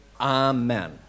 Amen